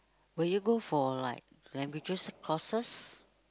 will you go for like languages courses